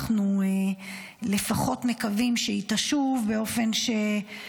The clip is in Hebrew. אנחנו מקווים שהיא לפחות תשוב באופן שמשפחתה